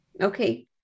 Okay